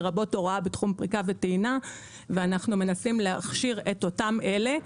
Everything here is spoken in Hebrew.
לרבות הוראה בתחום פריקה וטעינה ואנחנו מנסים להכשיר את אותם אלה,